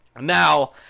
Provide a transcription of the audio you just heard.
Now